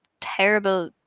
terrible